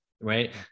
Right